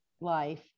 life